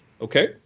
okay